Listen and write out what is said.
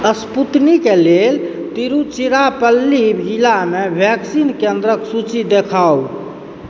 Sputnik के लेल तिरुचिरापल्ली जिलामे वैक्सीन केन्द्रक सूची देखाउ